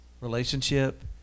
relationship